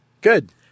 Good